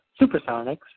Supersonics